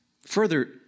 Further